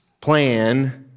plan